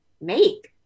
make